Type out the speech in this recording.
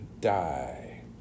die